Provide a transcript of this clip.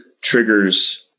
triggers